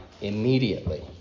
immediately